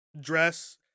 dress